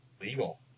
legal